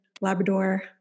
Labrador